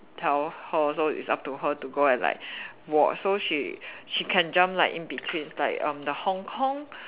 tell her so it's up to her to go and like watch so she she can jump like in between like erm the Hong-Kong